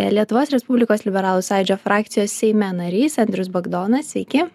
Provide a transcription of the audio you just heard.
lietuvos respublikos liberalų sąjūdžio frakcijos seime narys andrius bagdonas sveiki